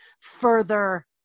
further